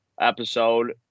episode